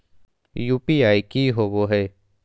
UPI की होवे है?